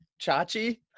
chachi